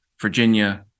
Virginia